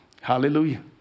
Hallelujah